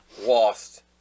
lost